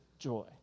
joy